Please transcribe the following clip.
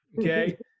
Okay